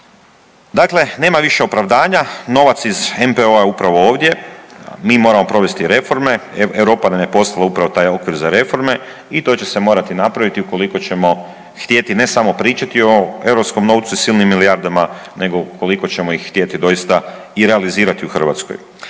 Dakle, nema više opravdanja, novac iz MPO-a je upravo ovdje, mi moramo provesti reforme, Europa nam je poslala upravo taj okvir za reforme, i to će se morati napraviti ukoliko ćemo htjeti, ne samo pričati o europskom novcu i silnim milijardama, nego ukoliko ćemo ih htjeti i doista i realizirati u Hrvatskoj.